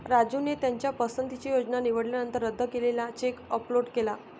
राजूने त्याच्या पसंतीची योजना निवडल्यानंतर रद्द केलेला चेक अपलोड केला